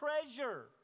treasure